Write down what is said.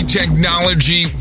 technology